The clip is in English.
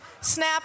snap